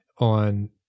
on